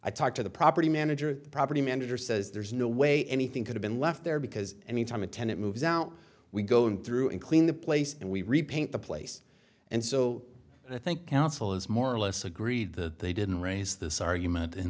i talked to the property manager the property manager says there's no way anything could have been left there because anytime a tenant moves out we go in through and clean the place and we repaint the place and so i think counsel is more or less agreed that they didn't raise this argument in